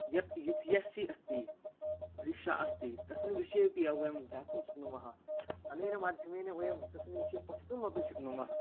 यत् U P S C अस्ति परिक्षा अस्ति तस्याः विषयेऽपि वयं ज्ञातुं शक्नुमः अनेन माध्यमेन वयं तस्मिन् विषये पठितुम् अपि शक्नुमः